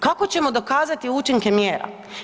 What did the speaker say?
Kako ćemo dokazati učinke mjera?